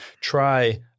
try